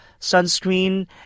sunscreen